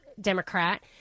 Democrat